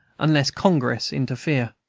unless congress interfere!